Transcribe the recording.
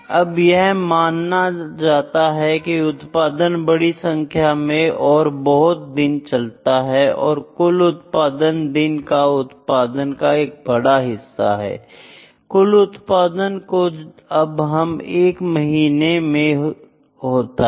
अब यह माना जाता है कि उत्पादन बड़ी संख्या में और बहुत दिन चलता है और कुल उत्पादन दिन का उत्पादन का एक बड़ा हिस्सा है कुल उत्पादन जो अब एक महीने में होता है